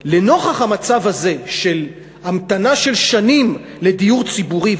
לנוכח המצב הזה של המתנה של שנים לדיור ציבורי,